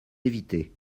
éviter